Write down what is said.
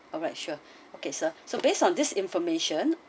alright sure okay sir so based on this information